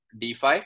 DeFi